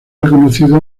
reconocido